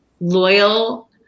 loyal